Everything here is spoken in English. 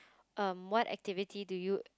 um what activity do you